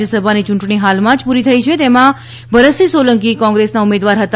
રાજયસભાની યુંટણી હાલમાં જ પુરી થઇ છે જેમાં ભરતસિં હ સોલંકી કોંગ્રેસના ઉમેદવાર હતા